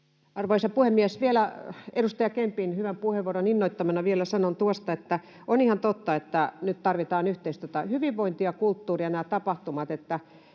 Arvoisa puhemies! Vielä edustaja Kempin hyvän puheenvuoron innoittamana sanon tuosta, että on ihan totta, että nyt tarvitaan yhteistyötä — hyvinvointia, kulttuuria ja näitä tapahtumia. Kun